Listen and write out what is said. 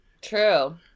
True